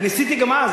וניסיתי גם אז,